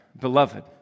Beloved